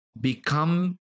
become